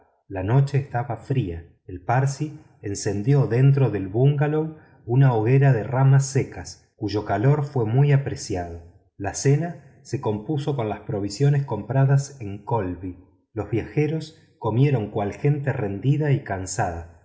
la noche estaba fría el parsi encendió dentro del bungalow una hoguera de ramas secas cuyo calor fue muy apreciado la cena se compuso con las previsiones compradas en kholby los viajeros comieron cual gente rendida y cansada